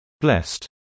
Blessed